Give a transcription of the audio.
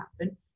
happen